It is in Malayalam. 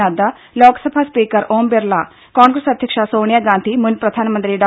നദ്ദ ലോക്സഭാ സ്പീകർ ഓംബിർള കോൺഗ്രസ് അധ്യക്ഷ സോണിയാ ഗാന്ധി മുൻപ്രധാനമന്ത്രി ഡോ